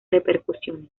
repercusiones